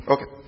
Okay